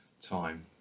time